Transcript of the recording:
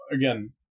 again